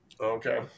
Okay